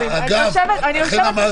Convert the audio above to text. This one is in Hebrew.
ככה.